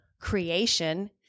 creation